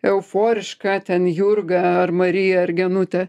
euforiška ten jurga ar marija ar genutė